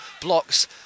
Blocks